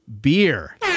beer